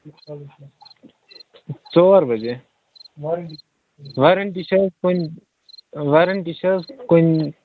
ژور بَجے وارَنٛٹی چھِ حظ کُنۍ وارَنٛٹی چھِ حظ کُنۍ